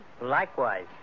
Likewise